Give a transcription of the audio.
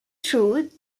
through